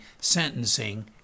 sentencing